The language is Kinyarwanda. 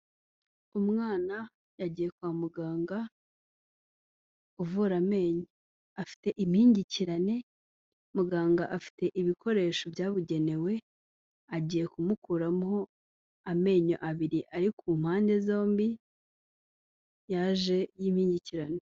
Umwana yagiye kwa muganga uvura amenyo, afite impingikirane. muganga afite ibikoresho byabugenewe, agiye kumukuramo amenyo abiri ari ku mpande zombi yaje y'impengekerane.